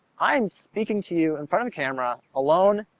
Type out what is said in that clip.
i am speaking to you in front of a camera, alone,